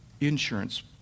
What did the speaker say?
insurance